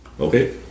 Okay